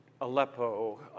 Aleppo